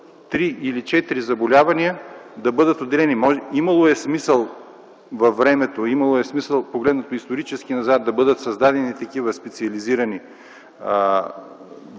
четири заболявания да бъдат отделени. Имало е смисъл във времето, имало е смисъл, погледнато исторически назад, да бъдат създадени такива специализирани